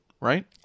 right